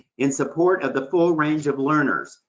in support of the full range of learners,